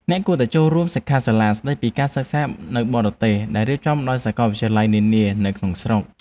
អ្នកគួរតែចូលរួមក្នុងសិក្ខាសាលាស្តីពីការសិក្សានៅបរទេសដែលរៀបចំដោយសាកលវិទ្យាល័យនានានៅក្នុងស្រុក។